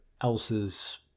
else's